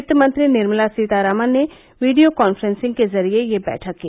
वित्त मंत्री निर्मला सीतारामन ने वीडियो कांफ्रेंसिंग के जरिए यह बैठक की